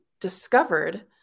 discovered